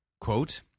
Quote